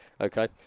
Okay